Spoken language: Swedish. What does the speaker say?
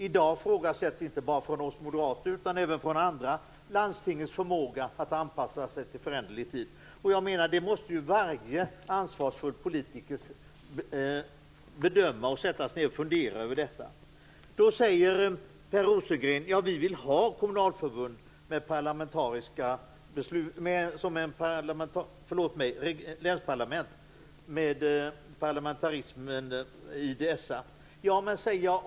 I dag ifrågasätts inte bara från oss moderater utan även från andra, landstingets förmåga att anpassa sig till en föränderlig tid. Det måste varje ansvarsfull politiker bedöma och fundera över. Vi vill ha länsparlament med parlamentarismen i dessa, säger Per Rosengren.